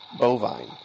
bovine